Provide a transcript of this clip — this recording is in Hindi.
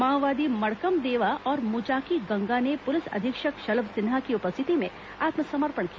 माओवादी मड़कम देवा और मुचाकी गंगा ने पुलिस अधीक्षक शलभ सिन्हा की उपस्थिति में आत्मसमर्पण किया